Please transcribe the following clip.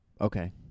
Okay